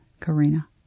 Karina